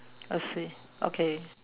I see okay